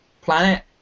planet